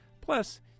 Plus